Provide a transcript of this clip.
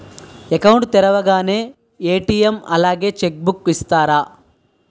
Account తెరవగానే ATM అలాగే cheque book వెంటనే ఇస్తారా?